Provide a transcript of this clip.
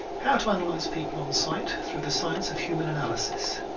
how to analyze people on sight through the science of human analysis